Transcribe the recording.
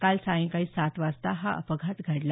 काल सायंकाळी सात वाजता हा अपघात घडला